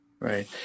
Right